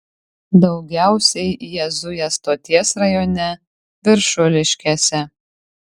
daugiausiai jie zuja stoties rajone viršuliškėse